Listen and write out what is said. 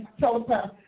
telepath